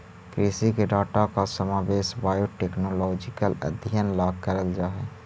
कृषि के डाटा का समावेश बायोटेक्नोलॉजिकल अध्ययन ला करल जा हई